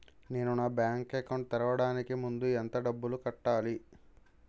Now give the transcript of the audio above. నేను నా bank account తెరవడానికి ముందు ఎంత డబ్బులు కట్టాలి?